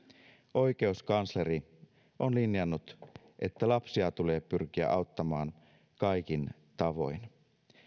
oikeuskansleri on linjannut että lapsia tulee pyrkiä auttamaan kaikin tavoin